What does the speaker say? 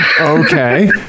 Okay